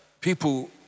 people